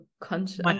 conscious